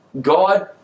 God